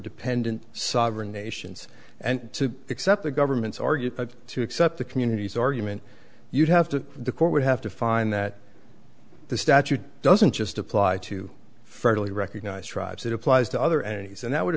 dependent sovereign nations and to accept the government's argument to accept the communities argument you'd have to the court would have to find that the statute doesn't just apply to friendly recognized tribes it applies to other entities and that would